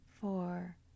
four